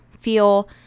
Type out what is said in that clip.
feel